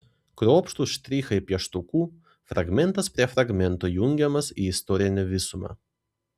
kruopštūs štrichai pieštuku fragmentas prie fragmento jungiamas į istorinę visumą